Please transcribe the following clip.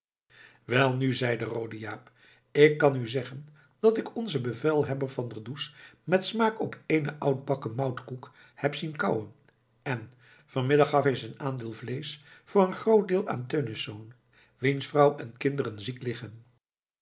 welnu zeide roode jaap ik kan u zeggen dat ik onzen bevelhebber van der does met smaak op eenen oudbakken moutkoek heb zien kauwen en vanmiddag gaf hij zijn aandeel vleesch voor een groot deel aan teunisz wiens vrouw en kinderen ziek liggen